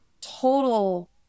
total